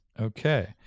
Okay